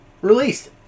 released